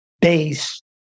base